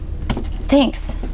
Thanks